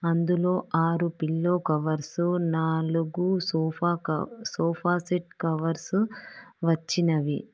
అందులో ఆరు pillow covers నాలుగు సోఫాక సోఫా సెట్ కవర్సు వచ్చినవి